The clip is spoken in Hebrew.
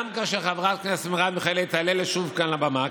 גם כשחברת הכנסת תעלה שוב לבמה,